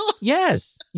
Yes